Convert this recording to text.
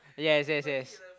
yes yes yes